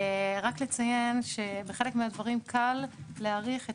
רק לציין שבחלק מהדברים קל להעריך את